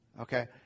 Okay